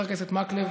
חבר הכנסת מקלב,